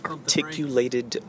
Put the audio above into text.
Articulated